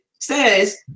says